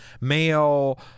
male